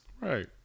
Right